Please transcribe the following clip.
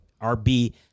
RB